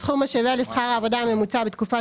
סכום השווה לשכר העבודה הממוצע בתקופת